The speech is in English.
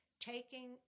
taking